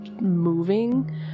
moving